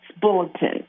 Bulletin